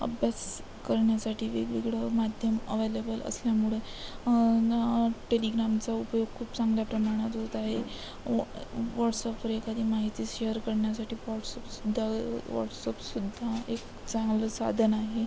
अभ्यास करण्यासाठी वेगवेगळं माध्यम अवेलेबल असल्यामुळं न् टेलिग्रामचा उपयोग खूप चांगल्या प्रमाणात होत आहे व वॉट्सअपवर एखादी माहिती शेअर करण्यासाठी व्हॉट्सअपसुद्धा वॉट्सअपसुद्धा एक चांगलं साधन आहे